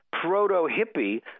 proto-hippie